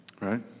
Right